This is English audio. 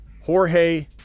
jorge